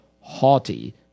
haughty